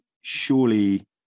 Surely